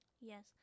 Yes